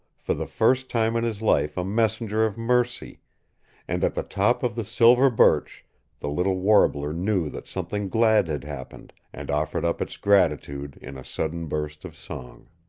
for the first time in his life a messenger of mercy and at the top of the silver birch the little warbler knew that something glad had happened, and offered up its gratitude in a sudden burst of song.